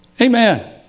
Amen